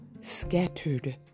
scattered